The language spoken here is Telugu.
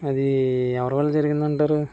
అది ఎవరి వల్ల జరిగింది అంటారు